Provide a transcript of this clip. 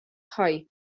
hoe